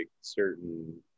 certain